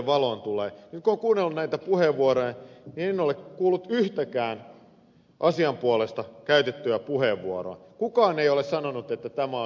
nyt kun olen kuunnellut näitä puheenvuoroja niin en ole kuullut yhtäkään asian puolesta käytettyä puheenvuoroa kukaan ei ole sanonut että tämä on hyvä esitys